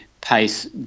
pace